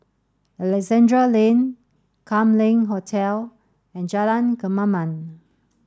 Alexandra Lane Kam Leng Hotel and Jalan Kemaman